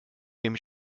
dem